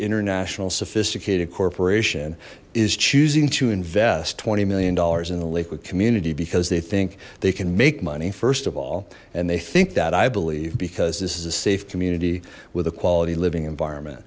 international sophisticated corporation is choosing to invest twenty million dollars in the lakewood community because they think they can make money first of all and they think that i believe because this is a safe community with a quality living environment